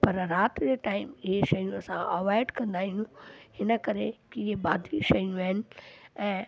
पर राति जे टाइम इए शयूं असां अवॉइड कंदा आहियूं हिन करे की इहे बादी शयूं आहिनि ऐं